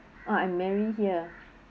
ah I'm mary here